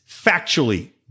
factually